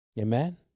Amen